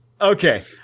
Okay